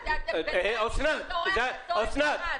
אסנת,